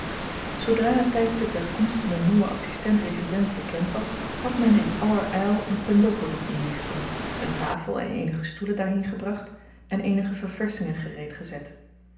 zoodra het tydstip der komst van den nieuwen adsistent resident bekend was had men in aller yl een pendoppo doen oprichten een tafel en eenige stoelen daarheen gebracht en eenige ververschingen gereed gezet